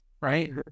right